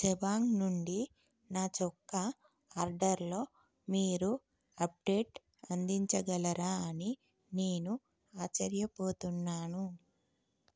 జబాంగ్ నుండి నా చొక్కా అర్డర్లో మీరు అప్డేట్ అందించగలరా అని నేను ఆశ్చర్యపోతున్నాను